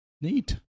Neat